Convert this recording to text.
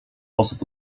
osób